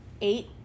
eight